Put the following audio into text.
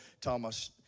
Thomas